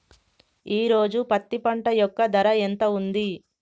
ఈ రోజు పత్తి పంట యొక్క ధర ఎంత ఉంది?